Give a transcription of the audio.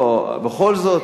לא, בכל זאת.